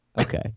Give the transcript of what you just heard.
Okay